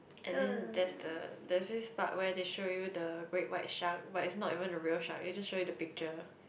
and then that's the there's this part where they show you the great white shark but it's not even the real shark they just show you the picture